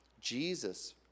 Jesus